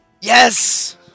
Yes